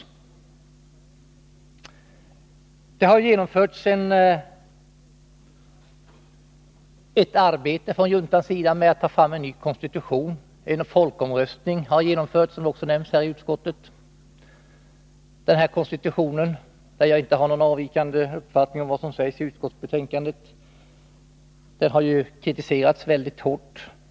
Juntan har genomfört ett arbete med att ta fram en ny konstitution, och en folkomröstning om denna har ägt rum, som också nämns i utskottets betänkande. Konstitutionen har kritiserats mycket hårt internationellt, och jag har inte någon avvikande mening gentemot den som anförs av utskottet.